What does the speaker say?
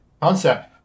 concept